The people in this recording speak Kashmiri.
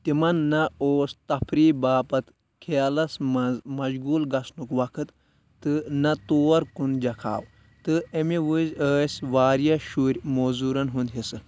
تِمَن نَہ اوس تفریح باپتھ کھیلَس منٛز مشغول گژھنُک وقت تہٕ نَہ تور کُن جکاؤ تہٕ اَمہِ وِز ٲسۍ واریٛاہ شُرۍ موزورَن ہُند حِصہٕ